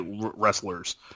wrestlers